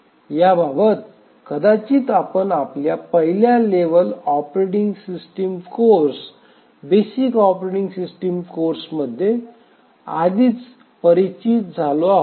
याबाबत कदाचित आपण आपल्या पहिल्या level operating system course basic operating system कोर्समध्ये आधीच परिचित झालो आहोत